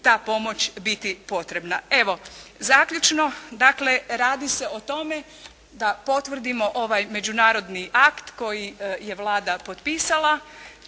ta pomoć biti potrebna. Evo zaključno, dakle radi se o tome da potvrdimo ovaj međunarodni akt koji je Vlada potpisala.